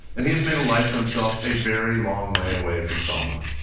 and he has made a life for himself a very long way away from selma.